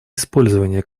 использование